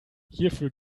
hierfür